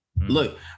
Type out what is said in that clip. Look